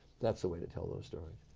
that's the way to tell those stories.